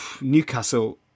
Newcastle